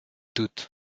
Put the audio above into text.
doute